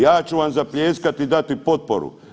Ja ću vam zapljeskati i dati potporu.